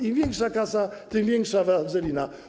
Im większa kasa, tym większa wazelina.